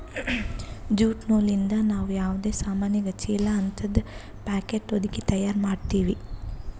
jute ನೂಲಿಂದ್ ನಾವ್ ಯಾವದೇ ಸಾಮಾನಿಗ ಚೀಲಾ ಹಂತದ್ ಪ್ಯಾಕೆಟ್ ಹೊದಕಿ ತಯಾರ್ ಮಾಡ್ತೀವಿ